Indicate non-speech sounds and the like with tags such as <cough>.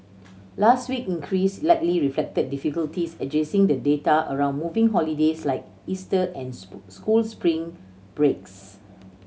last week increase likely reflected difficulties adjusting the data around moving holidays like Easter and <unintelligible> school spring breaks